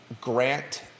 grant